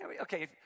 Okay